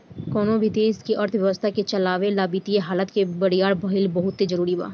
कवनो भी देश के अर्थव्यवस्था के चलावे ला वित्तीय हालत के बरियार भईल बहुते जरूरी बा